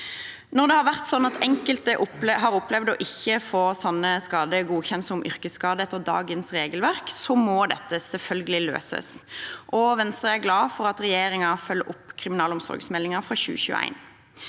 Når det har vært slik at enkelte har opplevd ikke å få slike skader godkjent som yrkesskade etter dagens regelverk, må dette selvfølgelig løses. Venstre er glad for at regjeringen følger opp kriminalomsorgsmeldingen fra 2021.